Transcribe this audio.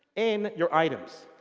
and your items.